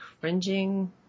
cringing